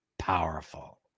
powerful